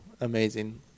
amazing